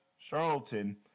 Charlton